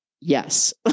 yes